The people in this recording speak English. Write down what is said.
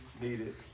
needed